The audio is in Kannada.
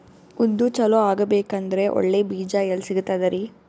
ಉದ್ದು ಚಲೋ ಆಗಬೇಕಂದ್ರೆ ಒಳ್ಳೆ ಬೀಜ ಎಲ್ ಸಿಗತದರೀ?